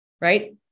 right